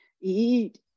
EAT